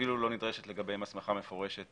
שאפילו לא נדרשת לגביהם הסמכה מפורשת